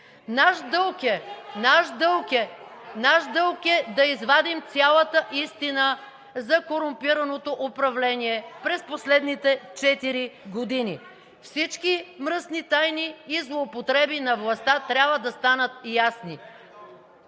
Наш дълг е да извадим цялата истина за корумпираното управление през последните четири години. Всички мръсни тайни и злоупотреби на властта трябва да станат ясни.